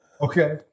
Okay